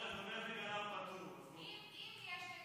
ההסתייגות (69) של קבוצת סיעת ש"ס,